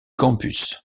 campus